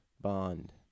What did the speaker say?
bond